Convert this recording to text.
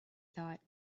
thought